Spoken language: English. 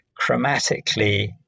Chromatically